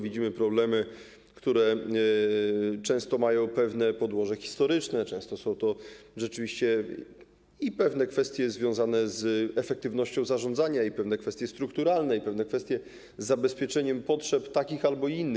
Widzimy problemy, które często mają pewne podłoże historyczne, często są to i pewne kwestie związane z efektywnością zarządzania, i pewne kwestie strukturalne, i pewne kwestie związane z zabezpieczeniem potrzeb takich albo innych.